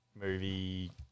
movie